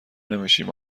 نمیشیم